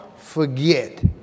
forget